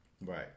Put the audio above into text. right